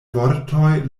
vortoj